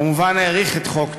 כמובן האריך את תוקף חוק טל.